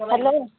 hello